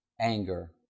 anger